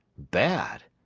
bad?